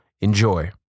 Enjoy